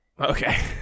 Okay